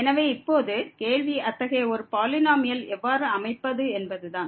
எனவே இப்போது கேள்வி அத்தகைய ஒரு பாலினோமியலை எவ்வாறு அமைப்பது என்பதுதான்